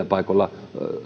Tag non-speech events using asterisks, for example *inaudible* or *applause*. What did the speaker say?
*unintelligible* paikoilla